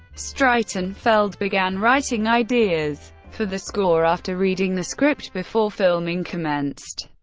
streitenfeld began writing ideas for the score after reading the script before filming commenced.